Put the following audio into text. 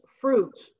fruits